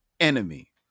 enemy